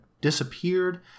disappeared